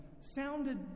sounded